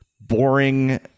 boring